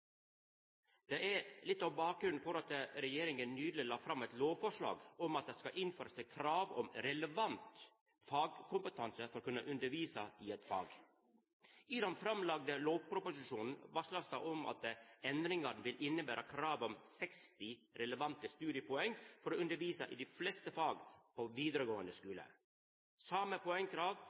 er litt av bakgrunnen for at regjeringa nyleg la fram eit lovforslag om at det skal innførast eit krav om relevant fagkompetanse for å kunna undervisa i eit fag. I den framlagde lovproposisjonen vert det varsla om at endringane vil innebera krav om 60 relevante studiepoeng for å undervisa i dei fleste faga på vidaregåande